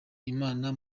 imana